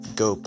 go